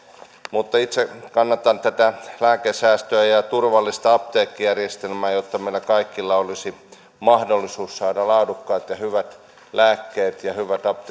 mutta itse kannatan tätä lääkesäästöä ja ja turvallista apteekkijärjestelmää jotta meillä kaikilla olisi mahdollisuus saada laadukkaat ja hyvät lääkkeet ja hyvät